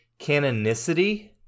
canonicity